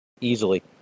easily